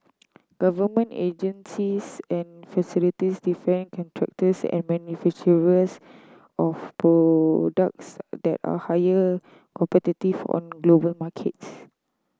government agencies and facilities defence contractors and manufacturers of products that are higher competitive on global markets